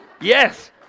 yes